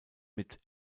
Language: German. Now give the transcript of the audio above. mit